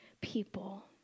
people